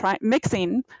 mixing